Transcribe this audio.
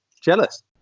Jealous